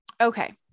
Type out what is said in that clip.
okay